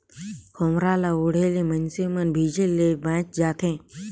खोम्हरा ल ओढ़े ले मइनसे मन भीजे ले बाएच जाथे